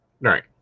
Right